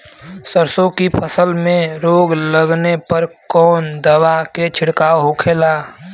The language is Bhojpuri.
सरसों की फसल में रोग लगने पर कौन दवा के छिड़काव होखेला?